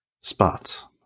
spots